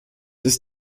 ist